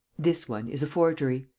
this one is a forgery.